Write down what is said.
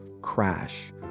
crash